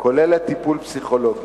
כוללת טיפול פסיכולוגי.